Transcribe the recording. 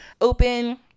open